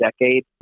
decade